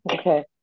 okay